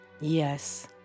Yes